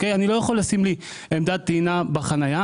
אני לא יכול לשים לי עמדת טעינה בחנייה.